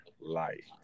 life